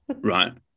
Right